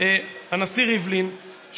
הנשיא ריבלין,